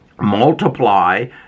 multiply